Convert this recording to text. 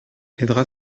aidera